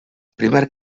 primer